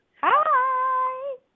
hi